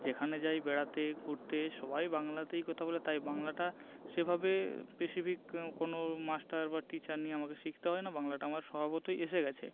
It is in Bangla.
যেখানে যাই বেড়াতে ঘুরতে সবাই বাংলাতেই কথা বলে তাই বাংলাটা সেভাবে স্পেসিফিক কোনো মাস্টার বা টিচার নিয়ে আমাকে শিখতে হয় না বাংলাটা আমার স্বভাবতই এসে গিয়েছে